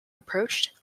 approached